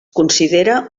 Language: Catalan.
considera